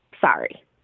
sorry